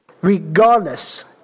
Regardless